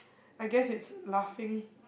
I guessed he's laughing